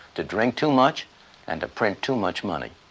to drink too much and to print too much money.